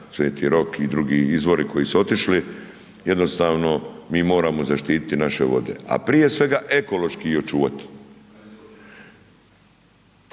Sveti Rok i drugi izvori koji su otišli, jednostavno mi moramo zaštiti naše vode, a prije svega ekološki ih očuvat.